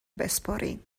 بسپرین